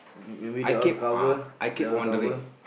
maybe they all cover they all cover